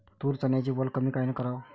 तूर, चन्याची वल कमी कायनं कराव?